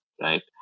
right